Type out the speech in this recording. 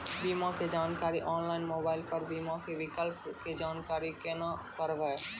बीमा के जानकारी ऑनलाइन मोबाइल पर बीमा के विकल्प के जानकारी केना करभै?